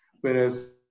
whereas